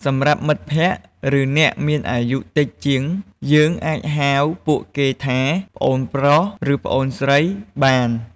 សម្រាប់មិត្តភក្កិ ឬ អ្នកមានអាយុតិចជាង យើងអាចហៅពួកគេថា ប្អូនប្រុស ឬ ប្អូនស្រី បាន។